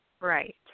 Right